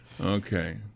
Okay